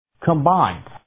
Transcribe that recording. combined